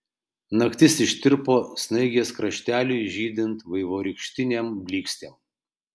naktis ištirpo snaigės krašteliui žydint vaivorykštinėm blykstėm